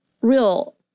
real